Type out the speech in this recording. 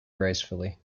gracefully